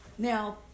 Now